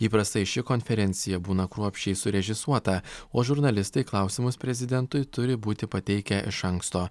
įprastai ši konferencija būna kruopščiai surežisuota o žurnalistai klausimus prezidentui turi būti pateikę iš anksto